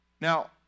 Now